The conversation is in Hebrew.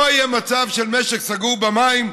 לא יהיה מצב של משק סגור במים,